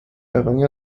errang